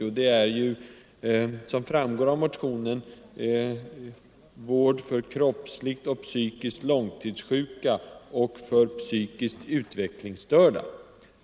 Jo, det är — som framgår av motionen — vård för kroppsligt och psykiskt långtidssjuka och för psykiskt utvecklingsstörda.